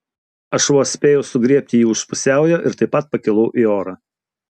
aš vos spėjau sugriebti jį už pusiaujo ir taip pat pakilau į orą